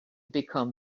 become